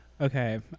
Okay